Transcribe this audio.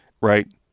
right